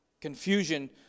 confusion